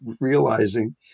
realizing